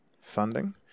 funding